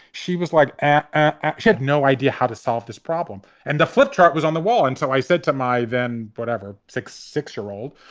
she was like an. ah no idea how to solve this problem. and the flip chart was on the wall. and so i said to my then, whatever, six, six year old,